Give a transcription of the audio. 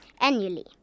annually